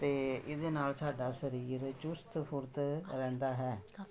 ਅਤੇ ਇਹਦੇ ਨਾਲ ਸਾਡਾ ਸਰੀਰ ਚੁਸਤ ਫੁਰਤ ਰਹਿੰਦਾ ਹੈ